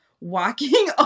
walking